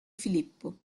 filippo